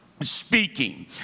speaking